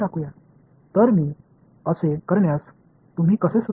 எனவே நான் அதை எப்படி செய்ய பரிந்துரைக்கிறீர்கள்